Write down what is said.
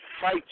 fight